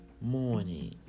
Morning